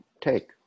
take